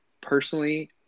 personally